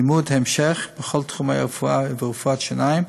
לימודי המשך בכל תחומי הרפואה ורפואת השיניים